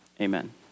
amen